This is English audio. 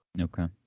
Okay